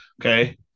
Okay